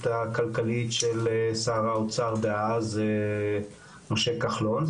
הכלכלית של שר האוצר דאז משה כחלון,